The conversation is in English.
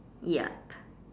yup